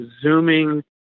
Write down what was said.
zooming